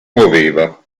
muoveva